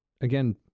again